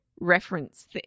reference